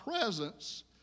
presence